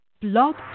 blog